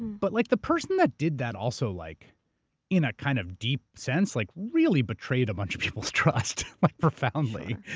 but, like, the person that did that also, like in a kind of deep sense, like really betrayed a bunch of people's trust profoundly.